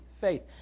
faith